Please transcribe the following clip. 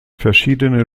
verschiedene